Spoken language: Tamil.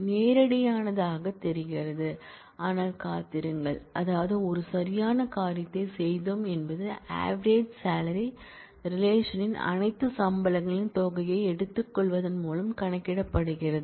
நேரடியானதாகத் தெரிகிறது ஆனால் காத்திருங்கள் அதாவது ஒரு சரியான காரியத்தைச் செய்தோம் என்பது ஆவரேஜ் சாலரி ரிலேஷன்ன் அனைத்து சம்பளங்களின் தொகையை எடுத்துக்கொள்வதன் மூலம் கணக்கிடப்படுகிறது